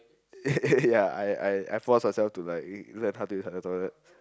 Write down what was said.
ya I I I forced myself to like learn how to use the toilet